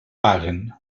paguen